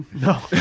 No